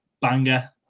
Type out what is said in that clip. banger